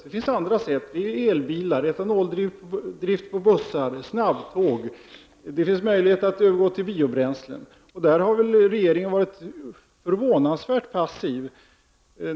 Det finns andra sätt, t.ex. att införa elbilar, etanoldrivna bussar och snabbtåg. Det finns möjlighet att övergå till biobränslen. Där har regeringen varit förvånansvärt passiv.